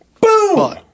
Boom